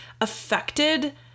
affected